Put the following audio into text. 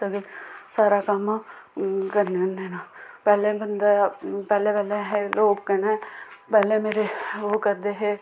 सारा कम्म करने होन्ने न पैह्लें बंदा पैह्लें पैह्लें हे लोक कन्नै पैह्लें मेरे ओह् करदे हे